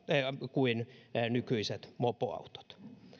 kuin nykyiset mopoautot